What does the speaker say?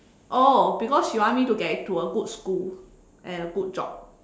oh because she want me to get into a good school and a good job